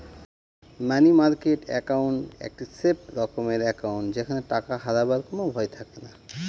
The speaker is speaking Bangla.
মানি মার্কেট একাউন্ট একটি সেফ রকমের একাউন্ট যেখানে টাকা হারাবার কোনো ভয় থাকেনা